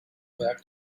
back